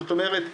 זאת אומרת,